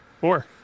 Four